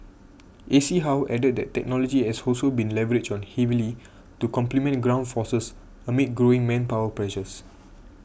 A C how added that technology has also been leveraged on heavily to complement ground forces amid growing manpower pressures